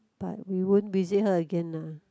but we won't visit her again lah